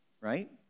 right